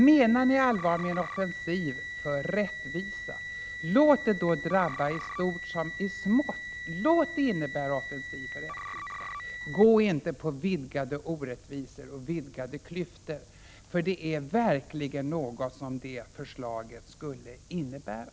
Menar ni allvar med en offensiv för rättvisa, låt det då gälla i stort som i smått. Låt det innebära offensiv för rättvisa. Gå inte in för vidgade orättvisor och vidgade klyftor, för det är verkligen något som det aktuella förslaget skulle innebära.